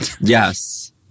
yes